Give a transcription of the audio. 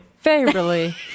Favorably